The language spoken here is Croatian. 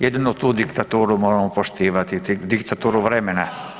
Jedinu tu diktaturu moramo poštivati, diktaturu vremena.